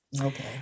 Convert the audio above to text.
Okay